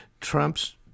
Trump's